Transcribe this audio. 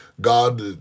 God